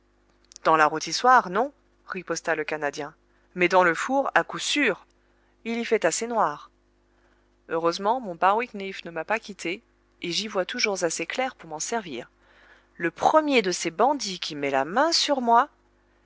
dans la rôtissoire non riposta le canadien mais dans le four à coup sûr il y fait assez noir heureusement mon bowie kniff ne m'a pas quitté et j'y vois toujours assez clair pour m'en servir le premier de ces bandits qui met la main sur moi